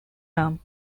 dame